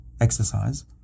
Exercise